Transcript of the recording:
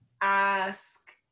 ask